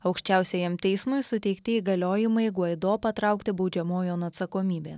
aukščiausiajam teismui suteikti įgaliojimai gvaido patraukti baudžiamojon atsakomybėn